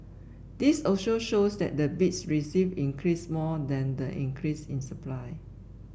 this also shows that the bids received increased more than the increase in supply